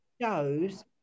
shows